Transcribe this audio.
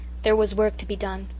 there was work to be done,